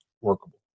workable